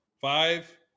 Five